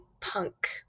punk